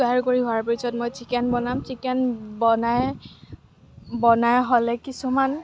তৈয়াৰ কৰি হোৱাৰ পিছত মই চিকেন বনাম চিকেন বনাই বনাই হ'লে কিছুমান